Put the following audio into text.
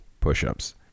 push-ups